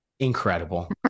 incredible